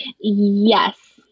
Yes